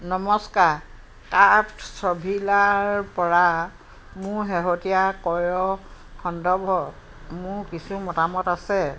নমস্কাৰ ক্ৰাফ্টছভিলাৰ পৰা মোৰ শেহতীয়া ক্ৰয়ৰ সন্দৰ্ভত মোৰ কিছু মতামত আছে